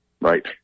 Right